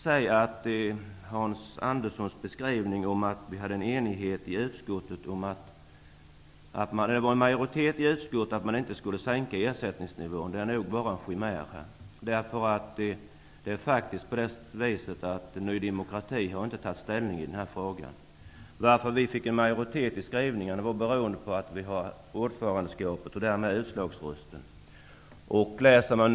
Beträffande Hans Anderssons beskrivning att det var majoritet i utskottet för att man inte skall sänka ersättningsnivån, vill jag säga att detta bara är en chimär. Det är faktiskt så att Ny demokrati inte har tagit ställning i den här frågan. Anledningen till att vi fick en majoritet för skrivningen var att vi socialdemokrater har ordförandeskapet i utskottet och därmed utslagsröst.